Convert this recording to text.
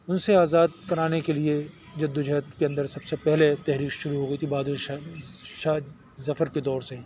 ان سے آزاد کرانے کے لیے جدوجہد کے اندر سب سے پہلے تحریک شروع ہو گئی تھی بہادر شاہ شاہ ظفر کے دور سے ہی